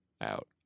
out